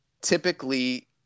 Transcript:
typically